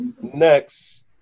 next